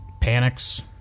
panics